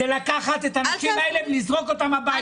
אבל זה לקחת את הנשים האלו ולזרוק אותן הביתה.